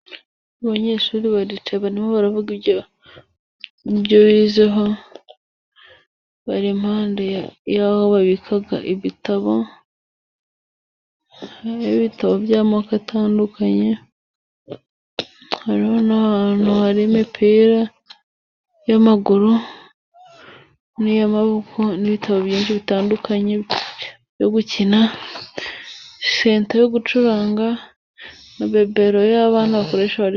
Abanyeshuri baricaye barimo baravuga ibyo bizeho, bari impande y'aho babika ibitabo, ibitabo by'amoko atandukanye, hari n'ahantu hari imipira y'amaguru, n'iy'amaboko, n'ibitabo byinshi bitandukanye byo gukina, sente yo gucuranga, na bibero y'abana bakoresha bari...